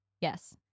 Yes